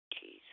Jesus